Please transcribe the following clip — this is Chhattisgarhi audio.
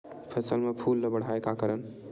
फसल म फूल ल बढ़ाय का करन?